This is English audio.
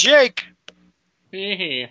Jake